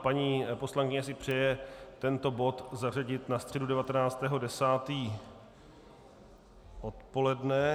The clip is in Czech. Paní poslankyně si přeje tento bod zařadit na středu 19. 10. odpoledne.